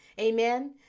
Amen